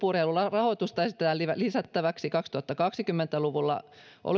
rahoitusta esitetään lisättäväksi kaksituhattakaksikymmentä luvulla olym piarahaston